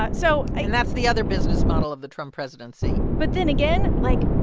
ah so. and that's the other business model of the trump presidency but then again, like,